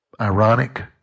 ironic